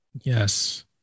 Yes